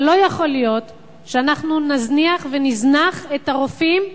אבל לא יכול להיות שאנחנו נזניח ונזנח את הרופאים,